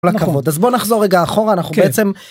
כל הכבוד! אז בוא נחזור רגע אחורה, אנחנו בעצם...